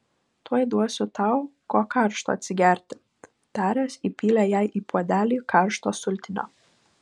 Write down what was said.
tuoj duosiu tau ko karšto atsigerti taręs įpylė jai į puodelį karšto sultinio